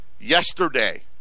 Yesterday